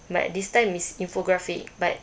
but this time is infographic but